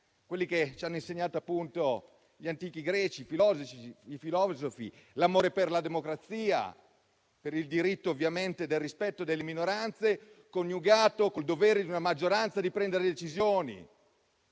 quello che ci hanno insegnato, appunto, gli antichi filosofi greci: l'amore per la democrazia e per il diritto; il rispetto delle minoranze, coniugato col dovere della maggioranza di prendere decisioni;